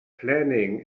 planning